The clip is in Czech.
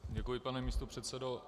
Děkuji, pane místopředsedo.